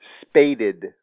spaded